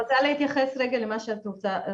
אני רוצה להתייחס רגע למה שאת רוצה.